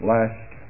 Last